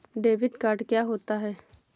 Debit card क्या होता है?